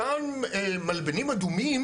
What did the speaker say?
אותם מלבנים אדומים,